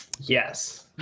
yes